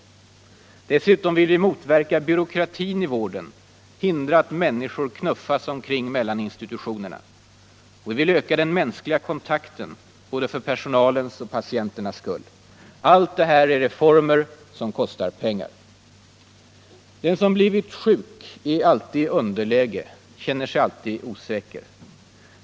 Dessutom vill vi motverka byråkratin i vården, hindra att människor knuffas omkring mellan institutionerna. Och vi vill öka den mänskliga kontakten — för både personalens och patienternas skull. Allt det här är reformer som kostar pengar. Den som blivit sjuk är alltid i underläge, känner sig alltid osäker.